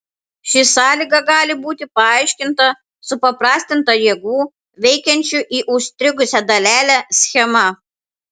ši sąlyga gali būti paaiškinta supaprastinta jėgų veikiančių į užstrigusią dalelę schema